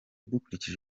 dukurikije